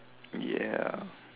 ya